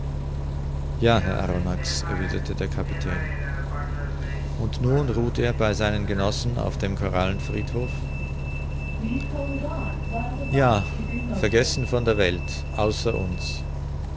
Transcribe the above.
ja herr arronax erwiderte der kapitän und nun ruht er bei seinen genossen auf dem korallenfriedhof ja vergessen von der welt außer uns